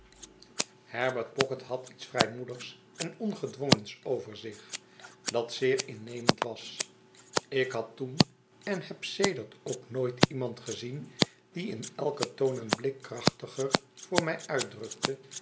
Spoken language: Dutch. herbert pocket had iets vrijmoedigs en ongedwongens over zich dat zeer innemend was ik had toen en heb sedert ook nooit iemand gezien die in elken toon en blik krachtiger voor mij uitdrukte